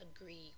agree